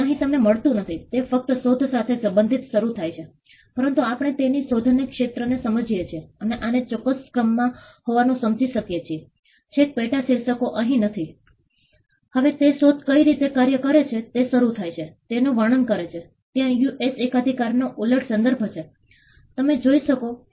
હવે અમે એ જોવા માંગીએ છીએ કે પ્રોજેક્ટ્સ આ તમામ આબોહવા પરિવર્તન અને આપત્તિ જોખમ વ્યવસ્થાપન પરના પ્રોજેક્ટ્સમાં લોકો આ પ્રોજેક્ટ્સને કેવી રીતે જુએ છે તેમની પાસે શું સામેલ કર્યુ છે અને તેઓ કેવી રીતે અનુભવે છે કે તેઓ આ પ્રોજેક્ટ્સમાં વધુ સારી રીતે શામેલ થઈ શકે છે